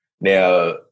Now